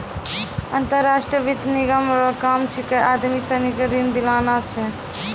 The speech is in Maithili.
अंतर्राष्ट्रीय वित्त निगम रो काम छिकै आदमी सनी के ऋण दिलाना छै